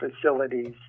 facilities